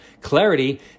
clarity